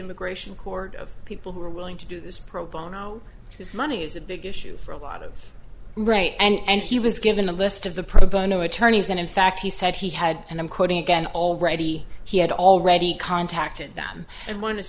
immigration court of people who are willing to do this probe oh no his money is a big issue for a lot of right and he was given a list of the pro bono attorneys and in fact he said he had and i'm quoting again already he had already contacted them and one